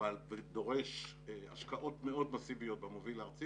ודורש השקעות מאוד מסיביות במוביל הארצי